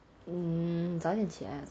嗯早一点起来